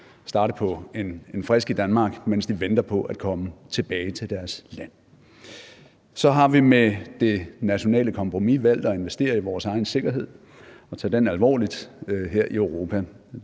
starte på en frisk i Danmark, mens de venter på at komme tilbage til deres land. Så har vi med det nationale kompromis valgt at investere i vores egen sikkerhed og tage den alvorligt her i Europa;